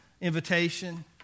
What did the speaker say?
invitation